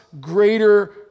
greater